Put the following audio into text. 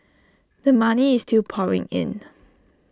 the money is still pouring in